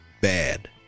bad